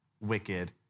wicked